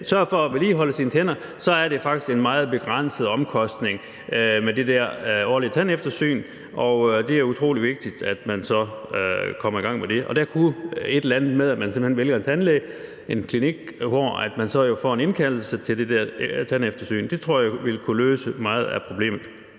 sørger for at vedligeholde sine tænder, er der faktisk en meget begrænset omkostning forbundet med et årligt tandeftersyn. Det er utrolig vigtigt, at man kommer i gang med det. Og der kunne det være et eller andet med, at man simpelt hen vælger en tandlæge, en klinik, så man vil få en indkaldelse til det der tandeftersyn. Det tror jeg vil kunne løse meget af problemet.